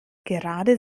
gerade